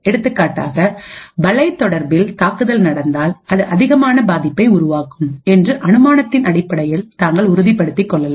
எடுத்துக்காட்டாக வலை தொடர்பில் தாக்குதல் நடந்தால் அது அதிகமான பாதிப்பை உருவாக்கும் என்று அனுமானத்தின் அடிப்படையில் தாங்கள் உறுதிப்படுத்திக் கொள்ளலாம்